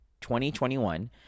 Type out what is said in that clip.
2021